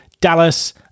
Dallas